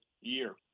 year